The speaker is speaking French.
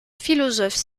philosophe